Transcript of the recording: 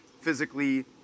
physically